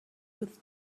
with